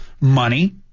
Money